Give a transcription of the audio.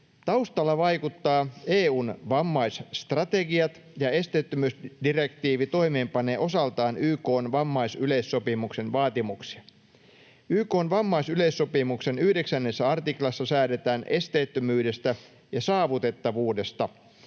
Taustalla vaikuttavat EU:n vammaisstrategiat, ja esteettömyysdirektiivi toimeenpanee osaltaan YK:n vammaisyleissopimuksen vaatimuksia. YK:n vammaisyleissopimuksen 9 artiklassa säädetään esteettömyydestä ja saavutettavuudesta,